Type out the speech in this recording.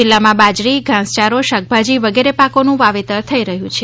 જિલ્લામાં બાજરી ધાસયારો શાકભાજી વગેરે પાકોનું વાવેતર થઈ રહ્યું છે